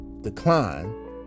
decline